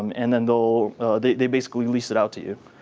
um and then they will they they basically lease it out to you.